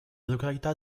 località